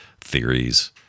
theories